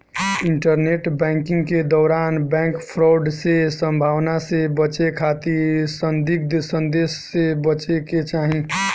internet banking के दौरान bank fraud के संभावना से बचे खातिर संदिग्ध संदेश से बचे के चाही